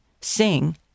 Sing